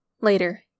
Later